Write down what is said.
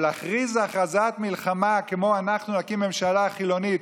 אבל להכריז הכרזת מלחמה כמו: אנחנו נקים ממשלה חילונית,